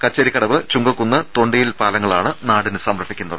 കച്ചേരിക്കടവ് ചുങ്കക്കുന്ന് തൊണ്ടിയിൽ പാലങ്ങളാണ് നാടിന് സമർപ്പിക്കുന്നത്